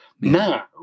Now